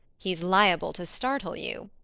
he's liable to startle you.